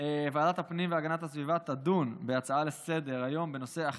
ועדת הפנים והגנת הסביבה תדון בהצעה לסדר-היום של חבר